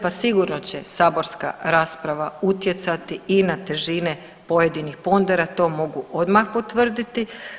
Pa sigurno će saborska rasprava utjecati i na težine pojedinih pondera to mogu odmah potvrditi.